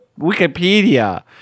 Wikipedia